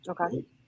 okay